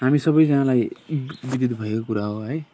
हामी सबैजनालाई विधित भएको कुरा हो है